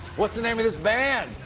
what's the name of this band?